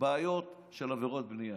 הבעיות של עבירות בנייה.